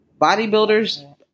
bodybuilders